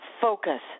focus